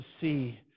see